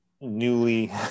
newly